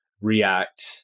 React